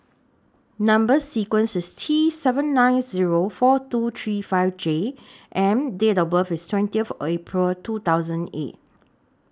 Number sequence IS T seven nine Zero four two three five J and Date of birth IS twenty April two thousand eight